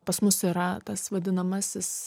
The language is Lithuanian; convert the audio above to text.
pas mus yra tas vadinamasis